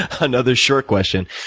ah another short question,